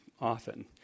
often